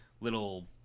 little